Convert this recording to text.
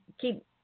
keep